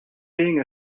being